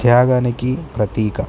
త్యాగానికి ప్రతీక